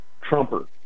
Trumper